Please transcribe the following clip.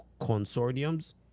consortiums